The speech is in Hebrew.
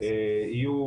יהיו